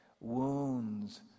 wounds